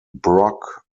brock